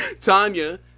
tanya